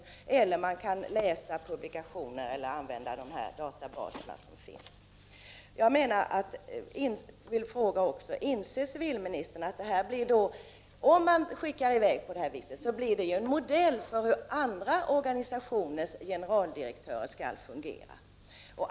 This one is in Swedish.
Det går också bra att läsa publikationer eller att använda de databaser som finns. Jag vill fråga: Inser civilministern, att om en chef skickas i väg på detta sätt, blir det en modell för hur organisationernas generaldirektörer skall fungera?